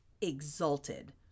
exalted